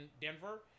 denver